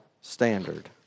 standard